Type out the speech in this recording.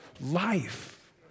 Life